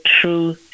true